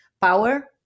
power